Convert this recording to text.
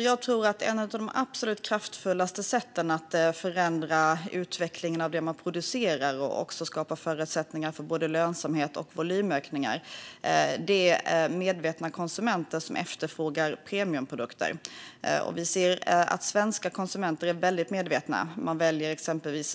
Jag tror att ett av de absolut mest kraftfulla sätten att förändra utvecklingen av det man producerar och att skapa förutsättningar för både lönsamhet och volymökningar är att det finns medvetna konsumenter som efterfrågar premiumprodukter. Svenska konsumenter är väldigt medvetna. Man väljer